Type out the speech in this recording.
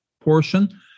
portion